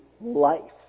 life